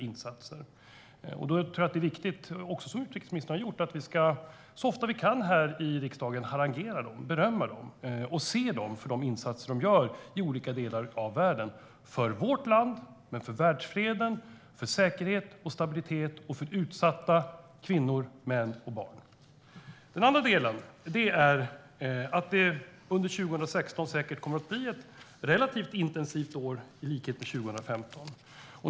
Det är viktigt, som också utrikesministern har gjort, att vi så ofta vi kan i riksdagen ska harangera dem, berömma dem, och se dem för de insatser de gör i olika delar av världen för vårt land, för världsfreden, för säkerhet och stabilitet, för utsatta kvinnor, män och barn. Den andra delen gäller att 2016 kommer att bli ett relativt intensivt år, i likhet med 2015.